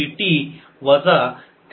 01sin50t x14 0